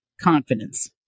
confidence